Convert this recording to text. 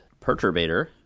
Perturbator